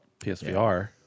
PSVR